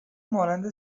مانند